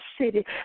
city